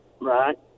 Right